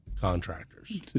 contractors